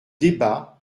débat